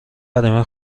حریم